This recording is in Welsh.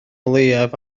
leiaf